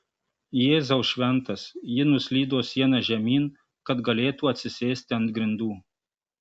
jėzau šventas ji nuslydo siena žemyn kad galėtų atsisėsti ant grindų